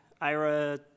Ira